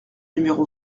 numéro